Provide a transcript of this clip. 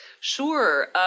Sure